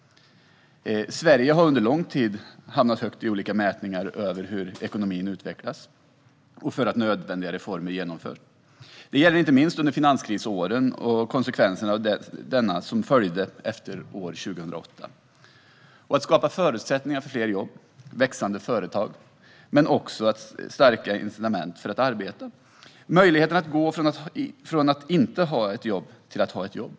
Sverige har under lång tid hamnat högt upp i olika mätningar av hur ekonomin utvecklas och hur nödvändiga reformer genomförs. Det gällde inte minst under finanskrisen och konsekvenserna av denna som följde efter år 2008. Det borde vara en självklarhet att skapa förutsättningar för fler jobb och växande företag samt starka incitament att arbeta. Det borde vara en självklarhet att förbättra möjligheterna att gå från att inte ha ett jobb till att ha ett jobb.